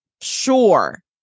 sure